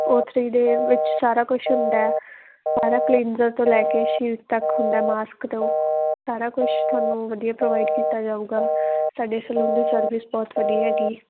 ਓ three ਦੇ ਵਿੱਚ ਸਾਰਾ ਕੁਛ ਹੁੰਦਾ ਸਾਰਾ ਕਲੀਨਰ ਤੋਂ ਲੈ ਕੇ ਸ਼ੀਟ ਤੱਕ ਹੁੰਦਾ ਮਾਸਕ ਤੋਂ ਸਾਰਾ ਕੁਛ ਤੁਹਾਨੂੰ ਵਧੀਆ ਪ੍ਰੋਵਾਈਡ ਕੀਤਾ ਜਾਊਗਾ ਸਾਡੇ ਸਲੂਨ ਦੀ ਸਰਵਿਸ ਬਹੁਤ ਵਧੀਆ ਹੈਗੀ